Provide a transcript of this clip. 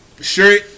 Sure